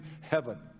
heaven